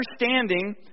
understanding